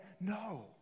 No